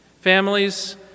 Families